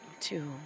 two